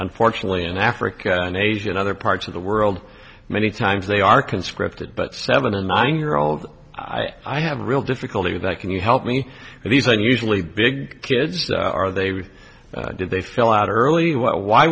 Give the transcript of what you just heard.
unfortunately in africa and asia and other parts of the world many times they are conscripted but seven or nine year old i have real difficulty that can you help me with these unusually big kids are they did they fill out early well why